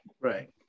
right